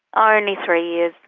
ah only three years.